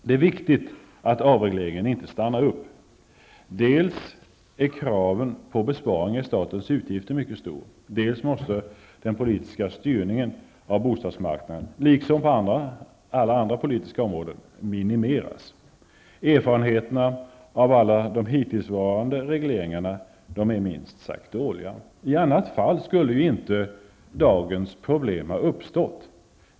Det är viktigt att avregleringen inte stannar upp. Dels är kraven på besparingar i statens utgifter mycket stora, dels måste den politiska styrningen av bostadsmarknaden -- liksom på andra politiska områden -- minimeras. Erfarenheter av alla hittillsvarande regleringar är minst sagt dåliga. I annat fall skulle inte dagens problem ha uppstått.